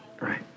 right